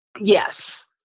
Yes